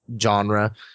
genre